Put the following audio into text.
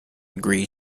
agree